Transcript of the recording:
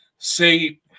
Say